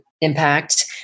impact